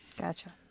Gotcha